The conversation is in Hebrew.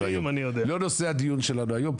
אבל זה לא נושא הדיון שלנו היום.